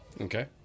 Okay